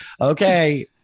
okay